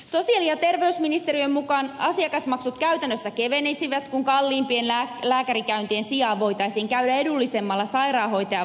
sosiaali ja terveysministeriön mukaan asiakasmaksut käytännössä kevenisivät kun kalliimpien lääkärikäyntien sijaan voitaisiin käydä edullisemmalla sairaanhoitajan vastaanotolla